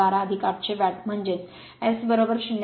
712 800 watt म्हणजे S 0